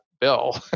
bill